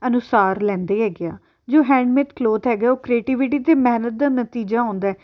ਅਨੁਸਾਰ ਲੈਂਦੇ ਹੈਗੇ ਆ ਜੋ ਹੈਂਡਮੇਡ ਕਲੋਥ ਹੈਗੇ ਉਹ ਕ੍ਰੀਏਟਿਵਿਟੀ ਅਤੇ ਮਿਹਨਤ ਦਾ ਨਤੀਜਾ ਹੁੰਦਾ